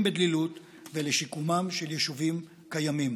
בדלילות ולשיקומם של יישובים קיימים.